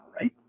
right